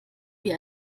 wie